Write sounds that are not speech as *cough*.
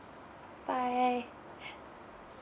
bye *breath*